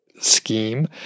scheme